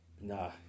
nah